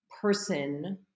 person